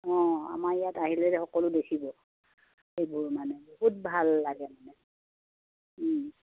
অঁ আমাৰ ইয়াত আহিলে সকলো দেখিব সেইবোৰ মানে বহুত ভাল লাগে মানে